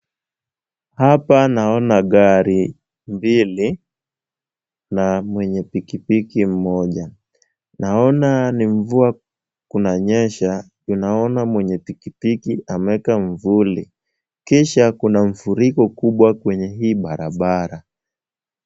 Hapa naona gari mbili na mwenye pikipiki mmoja. Naona ni mvua kunanyesha. Naona mwenye pikipiki ameweka mwavuli kisha kuna mfuriko kubwa kwenye hii barabara.